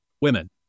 women